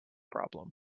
problem